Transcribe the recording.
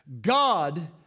God